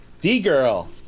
D-Girl